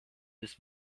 this